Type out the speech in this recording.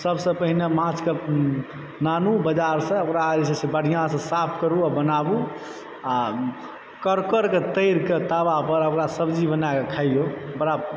सब सऽ पहिने माछके लए आनु बजार सऽ आ ओकरा बढ़िऑं सऽ साफ करू आ बनाबू आ कड़कड़ कऽ तैर कऽ तबा पर आ ओकरा सब्जी बनाए कऽ खाइयौ बड़ा